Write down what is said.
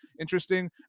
interesting